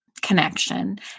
connection